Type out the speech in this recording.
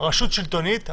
רשות שלטונית,